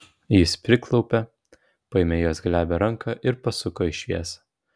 jis priklaupė paėmė jos glebią ranką ir pasuko į šviesą